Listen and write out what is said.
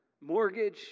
mortgage